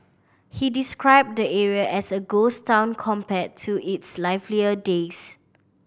he described the area as a ghost town compared to its livelier days